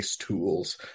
tools